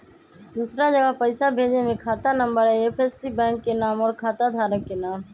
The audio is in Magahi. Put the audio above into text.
दूसरा जगह पईसा भेजे में खाता नं, आई.एफ.एस.सी, बैंक के नाम, और खाता धारक के नाम?